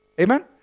Amen